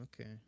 Okay